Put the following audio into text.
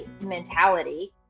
mentality